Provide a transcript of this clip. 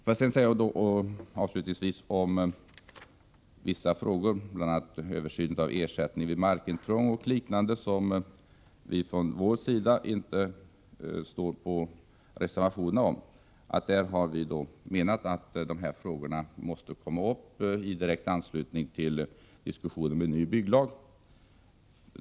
Låt mig avslutningsvis ta upp vissa frågor, bl.a. den om översyn av reglerna för ersättning vid markintrång m.m., där vi från vår sida inte har reserverat oss. Vi menar att dessa frågor måste komma upp i direkt anslutning till diskussionen om en ny bygglag.